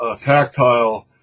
tactile